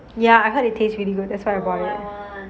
ya I heard it tastes really good that's why I bought it